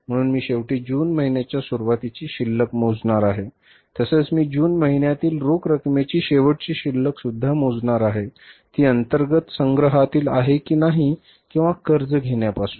म्हणून मी शेवटी जून महिन्याच्या सुरुवातीची शिल्लक मोजणार आहे तसेच मी जून महिन्यातील रोख रकमेची शेवटची शिल्लक मोजणार आहे ती अंतर्गत संग्रहातील आहे की नाही किंवा कर्ज घेण्यापासून